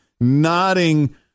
nodding